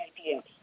idea